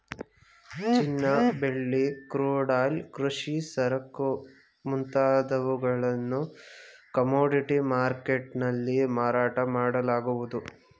ಚಿನ್ನ, ಬೆಳ್ಳಿ, crude oil, ಕೃಷಿ ಸರಕು ಮುಂತಾದವುಗಳನ್ನು ಕಮೋಡಿಟಿ ಮರ್ಕೆಟ್ ನಲ್ಲಿ ಮಾರಾಟ ಮಾಡಲಾಗುವುದು